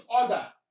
order